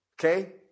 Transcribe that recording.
Okay